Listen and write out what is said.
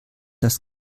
das